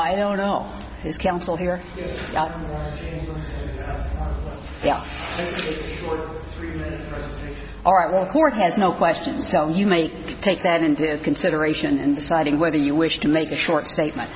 i don't know his counsel here yeah all right well court has no questions so you may take that into consideration in deciding whether you wish to make a short statement